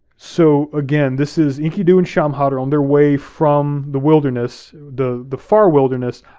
so again, this is enkidu and shamhat on their way from the wilderness, the the far wilderness,